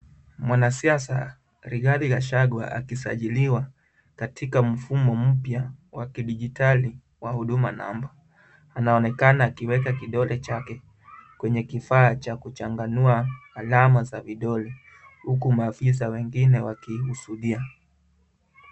Mwanasiasa Rigathi Gachagua akisajiliwa katika mfumo mpya wa kidijitali wa huduma namba. Anaonekana akiweka kidole chake kwenye kifaa cha kuchanganua alama za vidole , huku maafisa wengine wakishuhudia.